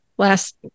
Last